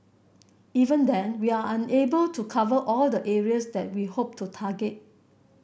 even then we are unable to cover all the areas that we hope to target